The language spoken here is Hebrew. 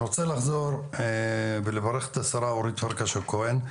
אני רוצה לחזור ולברך את השרה אורית פרקש הכהן,